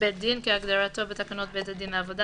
"בית דין" כהגדרתו בתקנות בית הדין לעבודה